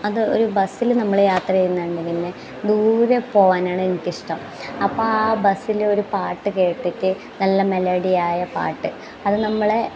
അത് ഒരു ബസ്സിൽ നമ്മൾ യാത്ര ചെയ്യുന്നത് കൊണ്ട് തന്നെ ദൂരെ പോവാനാണ് എനിക്കിഷ്ടം അപ്പം ആ ബസ്സിൽ ഒരു പാട്ട് കേട്ടിട്ട് നല്ല മെലഡി ആയ പാട്ട് അത് നമ്മളെ